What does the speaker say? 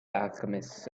alchemist